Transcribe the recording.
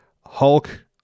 Hulk